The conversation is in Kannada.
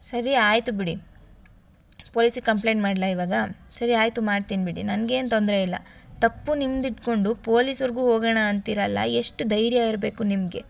ಸರಿ ಆಯಿತು ಬಿಡಿ ಪೊಲೀಸಿಗೆ ಕಂಪ್ಲೇಂಟ್ ಮಾಡಲಾ ಇವಾಗ ಸರಿ ಆಯಿತು ಮಾಡ್ತಿನಿ ಬಿಡಿ ನನ್ಗೆ ಏನು ತೊಂದರೆ ಇಲ್ಲ ತಪ್ಪು ನಿಮ್ದು ಇಟ್ಟುಕೊಂಡು ಪೊಲೀಸ್ವರೆಗೂ ಹೋಗೋಣ ಅಂತಿರಲ್ಲ ಎಷ್ಟು ಧೈರ್ಯ ಇರಬೇಕು ನಿಮಗೆ